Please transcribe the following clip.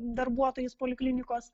darbuotojais poliklinikos